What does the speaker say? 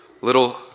Little